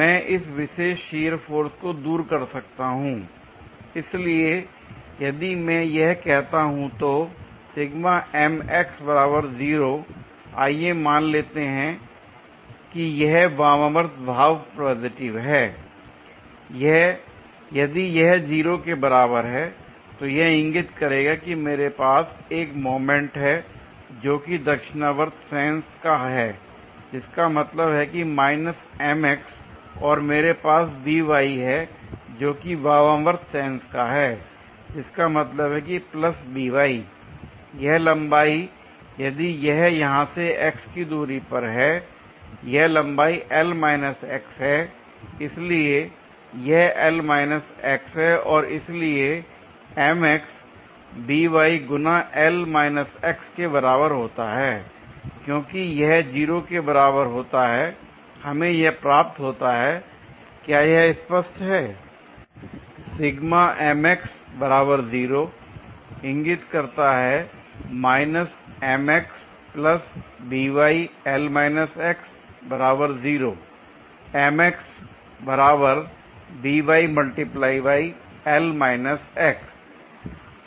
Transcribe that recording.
मैं इस विशेष शियर फोर्स को दूर कर सकता हूं l इसलिए यदि मैं यह करता हूं तो आइए मान लेते हैं कि यह वामावर्त भाव पॉजिटिव है l यदि यह जीरो के बराबर है तो यह इंगित करेगा कि मेरे पास एक मोमेंट है जोकि दक्षिणावर्त सेंस का है जिसका मतलब है माइनस और मेरे पास हैं जो कि वामावर्त सेंस का है जिसका मतलब है कि प्लस l यह लंबाई यदि यह यहां से x की दूरी पर है यह लंबाई हैं l इसलिए यह है और इसलिए गुना के बराबर होता है क्योंकि यह जीरो के बराबर होता है हमें यह प्राप्त होता है l क्या यह स्पष्ट है